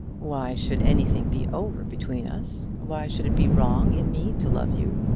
why should anything be over between us? why should it be wrong in me to love you?